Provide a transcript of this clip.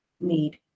need